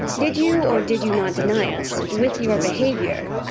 did you or did you not deny us, with your behaviour,